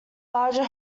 larger